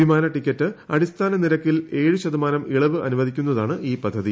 വിമാന ടിക്കറ്റ് അടിസ്ഥാന നിരക്കിൽ ഏഴു ശതമാനം ഇളവ് അനുവദിക്കുന്നതാണ് ഈ പദ്ധതി